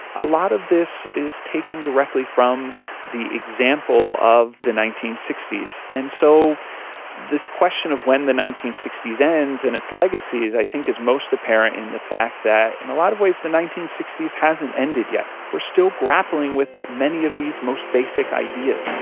a lot of this is taken directly from the example of the nineteen sixty s. and so this question of when the nineteen sixty s ends and its legacy i think is most apparent in the fact that in a lot of ways the nineteen sixty s hasn't ended yet, we are still grappling with many of these most basic ideas.